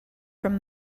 from